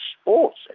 Sports